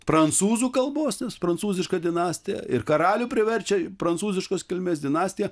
prancūzų kalbos nes prancūziška dinastija ir karalių priverčia prancūziškos kilmės dinastija